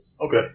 Okay